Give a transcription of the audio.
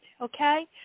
okay